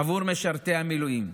עבור משרתי המילואים.